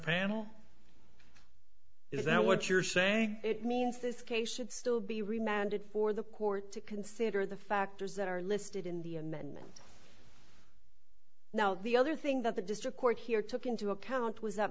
panel is that what you're saying it means this case should still be remanded for the court to consider the factors that are listed in the amendment now the other thing that the district court here took into account was that